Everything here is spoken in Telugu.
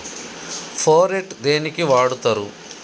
ఫోరెట్ దేనికి వాడుతరు?